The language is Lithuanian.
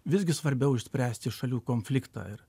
visgi svarbiau išspręsti šalių konfliktą ir